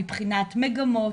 מבחינת מגמות,